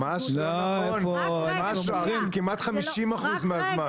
ממש לא, כמעט 50% מהזמן.